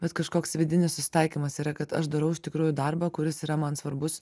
bet kažkoks vidinis susitaikymas yra kad aš darau iš tikrųjų darbą kuris yra man svarbus